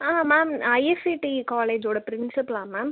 ஆ ma'am IACT காலேஜோடய பிரின்சிபலா ma'am